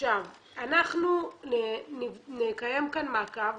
אנחנו נקיים כאן מעקב.